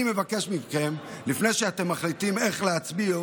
אני מבקש מכם שתכירו את המצב לפני שאתם מחליטים איך להצביע.